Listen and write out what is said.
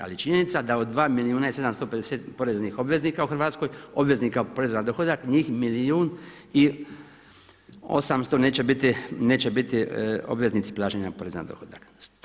Ali je činjenica da od 2 milijuna i 750 poreznih obveznika u Hrvatskoj, obveznika poreza na dohodak njih milijun i 800 neće biti obveznici plaćanja poreza na dohodak.